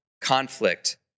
conflict